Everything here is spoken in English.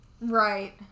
right